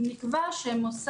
12:39) נקבע שמוסד,